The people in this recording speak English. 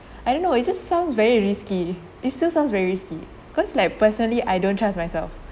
I don't know it just sounds very risky it just sounds very risky cause like personally I don't trust myself